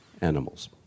animals